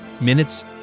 Minutes